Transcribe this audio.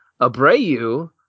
Abreu